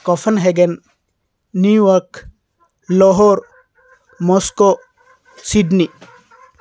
Copenhagen New York Lahore Moscow Sydney